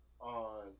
on